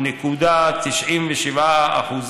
4.97%,